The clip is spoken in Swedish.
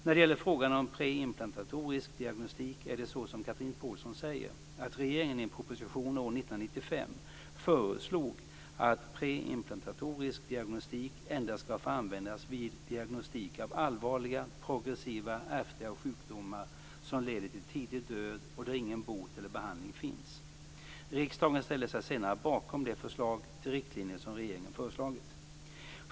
När det gäller frågan om preimplantatorisk diagnostik är det så som Chatrine Pålsson säger att regeringen i en proposition år 1995 föreslog att preimplantatorisk diagnostik endast skall få användas vid diagnostik av allvarliga, progressiva, ärftliga sjukdomar som leder till tidig död och där ingen bot eller behandling finns. Riksdagen ställde sig senare bakom de förslag till riktlinjer som regeringen föreslagit.